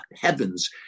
heavens